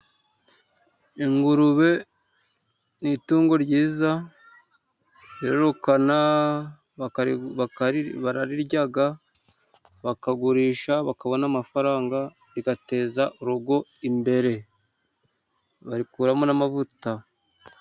Ingurube ni itungo ryiza birukana bararirya, bakagurisha bakabona amafaranga, rigateza urugo imbere, barikuramo n'amavuta.